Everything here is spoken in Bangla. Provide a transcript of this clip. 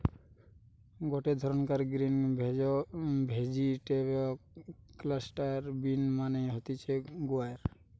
গটে ধরণকার গ্রিন ভেজিটেবল ক্লাস্টার বিন মানে হতিছে গুয়ার